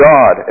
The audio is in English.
God